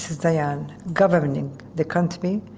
dayan, governing the country,